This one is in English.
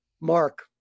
Mark